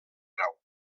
grau